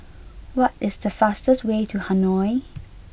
what is the fastest way to Hanoi